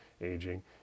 aging